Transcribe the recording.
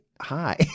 Hi